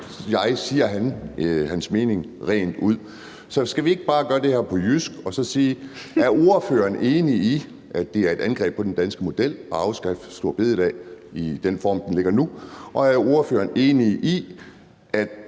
– siger sin mening rent ud Så skal vi ikke bare gøre det her på jysk og sige: Er ordføreren enig i, at det er et angreb på den danske model at afskaffe store bededag i den form, den har nu? Og er ordføreren enig i, at